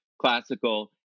classical